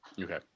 Okay